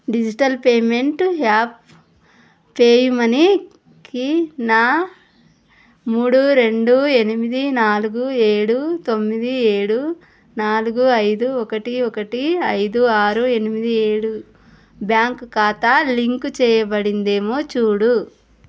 digital payment app PayU మనీకి నా మూడు రెండు ఎనిమిది నాలుగు ఏడు తొమ్మిది ఏడు నాలుగు ఐదు ఒకటి ఒకటి ఐదు ఆరు ఎనిమిది ఏడు బ్యాంక్ ఖాతా లింక్ చేయబడిందేమో చూడు